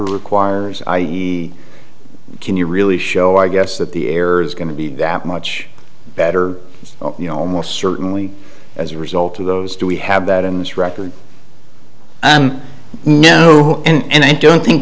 requires i e can you really show i guess that the error is going to be that much better you know almost certainly as a result of those do we have that in this record no and i don't think